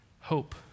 Hope